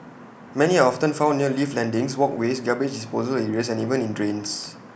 many are often found near lift landings walkways garbage disposal areas and even in drains